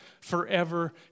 forever